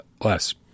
less